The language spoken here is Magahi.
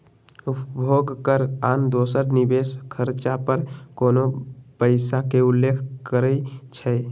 उपभोग कर आन दोसर निवेश खरचा पर कोनो पइसा के उल्लेख करइ छै